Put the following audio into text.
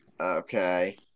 Okay